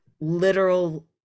literal